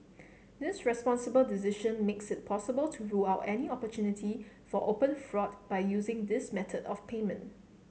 this responsible decision makes it possible to rule out any opportunity for open fraud by using this method of payment